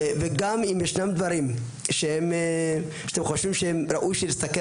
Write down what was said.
גם אם ישנם דברים שאתם חושבים שראוי שנסתכל